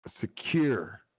secure